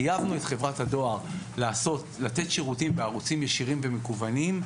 חייבנו את חברת הדואר לתת שירותים בערוצים ישירים ומקוונים.